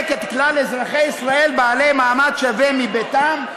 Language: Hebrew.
את כלל אזרחי ישראל בעלי מעמד שווה מביתם?